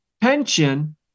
pension